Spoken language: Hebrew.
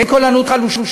ואין קול ענות חלושה,